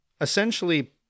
essentially